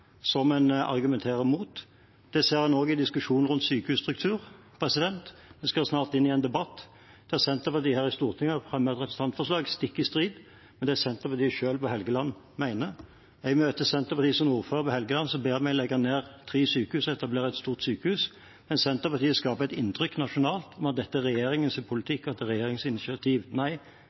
som en argumenterer mot. Det ser en også i diskusjonen rundt sykehusstruktur. Vi skal snart inn i en debatt der Senterpartiet her i Stortinget har fremmet et representantforslag stikk i strid med det Senterpartiet selv på Helgeland mener. Når jeg møter Senterpartiets ordførere på Helgeland, ber de oss legge ned tre sykehus og etablere et stort sykehus. Men Senterpartiet skaper et inntrykk nasjonalt av at dette er regjeringens politikk, og at det er regjeringens initiativ.